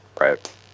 right